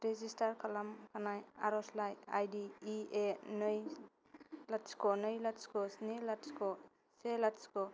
register खालामखानाय आरजलाइ I D E A नै लाथिख' नै लाथिख' स्नि लाथिख' से लाथिख'